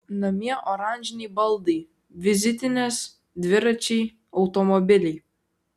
namie oranžiniai baldai vizitinės dviračiai automobiliai